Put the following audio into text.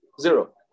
Zero